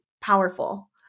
powerful